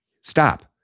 Stop